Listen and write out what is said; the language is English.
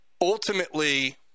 ultimately